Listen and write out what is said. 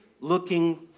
looking